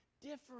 different